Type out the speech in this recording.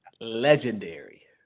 legendary